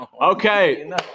Okay